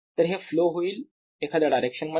तर हे फ्लो होईल एखाद्या डायरेक्शन मध्ये